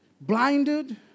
blinded